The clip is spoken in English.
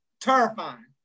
Terrifying